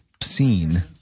seen